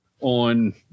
on